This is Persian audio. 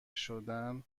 شدن